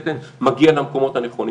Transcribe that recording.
ב-understatement מגיע למקומות הנכונים.